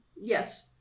Yes